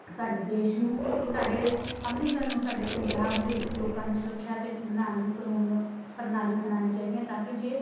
ਸਾਡੇ ਦੇਸ਼ ਨੂੰ ਸਾਡੇ ਅੰਮ੍ਰਿਤਸਰ ਨੂੰ ਸਾਡੇ ਪੰਜਾਬ ਦੇ ਲੋਕਾਂ ਦੀ ਸੁਰੱਖਿਆ ਤੇ ਬਣਾਉਣ ਲਈ ਕਾਨੂੰਨ ਪ੍ਰਣਾਲੀ ਅਪਣਾਉਣੀ ਚਾਹੀਦੀਆਂ ਤਾਂ ਕਿ ਜੇ